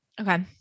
Okay